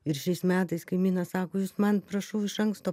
ir šiais metais kaimynas sako jūs man prašau iš anksto